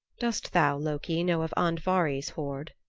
dost thou, loki, know of andvari's hoard?